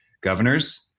governors